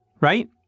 right